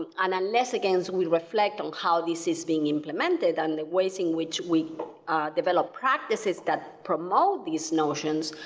and unless again, we reflect on how this is being implemented and the ways in which we develop practices that promote these notions,